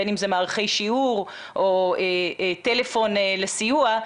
בין אם זה מערכי שיעור או טלפון לסיוע,